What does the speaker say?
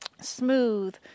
smooth